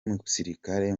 musirikare